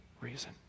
reason